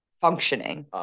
functioning